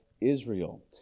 Israel